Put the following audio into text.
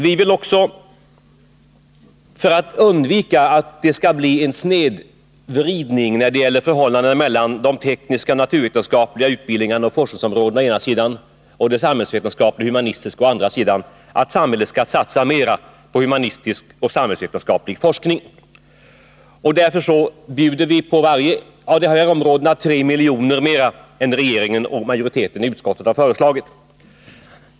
Vi vill också, för att undvika snedvridning när det gäller förhållandena mellan de tekniska och naturvetenskapliga utbildningarna och forskningarna, å ena sidan, och de samhällsvetenskapliga och humanistiska, å andra sidan, att samhället skall satsa mer på humanistisk och samhällsvetenskaplig forskning. Därför bjuder vi på vart och ett av dessa områden 3 milj.kr. mer än regeringen och majoriteten i utskottet har föreslagit.